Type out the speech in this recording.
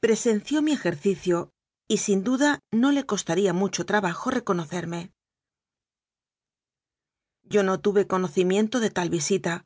presenció mi ejercicio y sin duda no le costaría mucho trabajo reconocerme yo no tuve conocimiento de tal visita